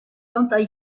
ventes